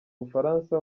bufaransa